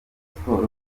sports